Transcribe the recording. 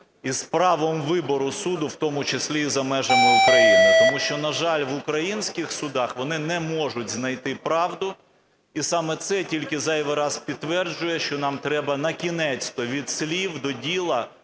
із правом вибору суду в тому числі і за межами України? Тому що, на жаль, в українських судах вони не можуть знайти правду, і саме це тільки зайвий раз підтверджує, що нам треба накінець-то від слів до діла